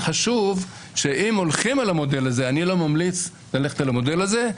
אני לא ממליץ ללכת על המודל הזה,